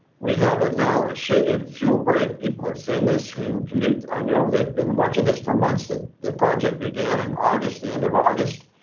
we have a now a shaded fuel brake. people have seen this, who commute, i know they've been watching this for months. the the project began in august, the end of august.